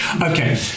Okay